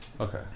Okay